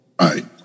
Right